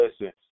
listen